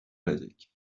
erecek